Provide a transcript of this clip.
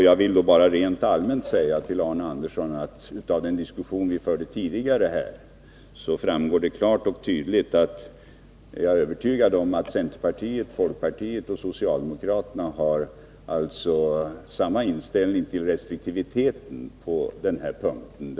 Jag vill rent allmänt till Arne Andersson säga att av den diskussion vi tidigare fört har det framgått klart och tydligt att centerpartiet, folkpartiet och socialdemokraterna har samma inställning till restriktiviteten på den här punkten.